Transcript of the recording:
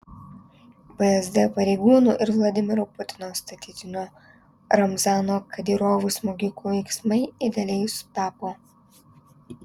vsd pareigūnų ir vladimiro putino statytinio ramzano kadyrovo smogikų veiksmai idealiai sutapo